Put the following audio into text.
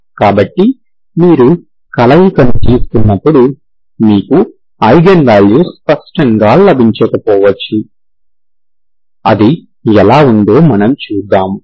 కాబట్టి మీరు కలయికను తీసుకున్నప్పుడు మీకు ఐగెన్ వాల్యూస్ స్పష్టంగా లభించకపోవచ్చు అది ఎలా ఉందో మనము చూద్దాం